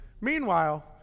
Meanwhile